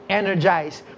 energized